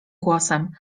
głosem